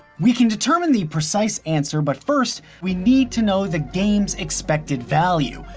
we can determine the precise answer, but first we need to know the game's expected value,